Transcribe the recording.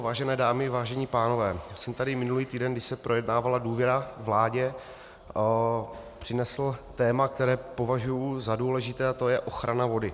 Vážené dámy, vážení pánové, já jsem tady minulý týden, když se projednávala důvěra vládě, přinesl téma, které považuji za důležité, a to je ochrana vody.